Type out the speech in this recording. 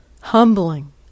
humbling